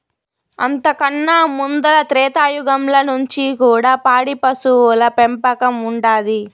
అంతకన్నా ముందల త్రేతాయుగంల నుంచి కూడా పాడి పశువుల పెంపకం ఉండాది